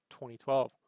2012